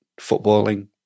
footballing